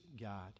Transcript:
God